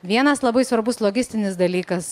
vienas labai svarbus logistinis dalykas